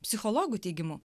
psichologų teigimu